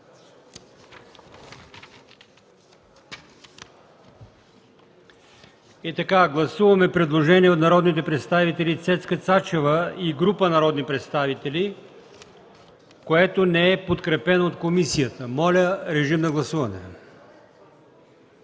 Започваме с предложението на народния представител Цецка Цачева и група народни представители, което не е подкрепено от комисията. Моля, режим на гласуване.